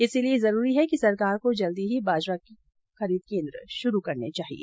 इसलिये जरूरी है कि सरकार को जल्द ही बाजरा खरीद केन्द्र शुरू करने चाहिये